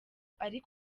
ariko